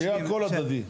שיהיה הכל הדדי.